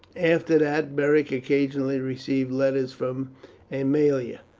after that beric occasionally received letters from aemilia,